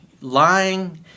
lying